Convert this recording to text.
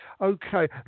okay